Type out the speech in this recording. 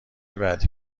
بعدی